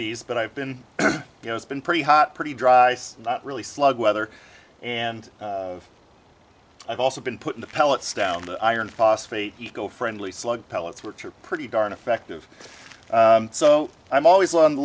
these but i've been you know it's been pretty hot pretty dry not really slug weather and i've also been put in the pellets down the iron phosphate ecofriendly slug pellets which are pretty darn effective so i'm always on the